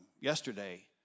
yesterday